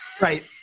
right